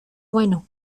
bueno